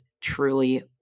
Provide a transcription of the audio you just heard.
truly